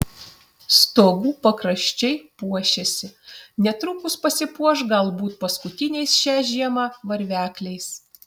stogų pakraščiai puošiasi netrukus pasipuoš galbūt paskutiniais šią žiemą varvekliais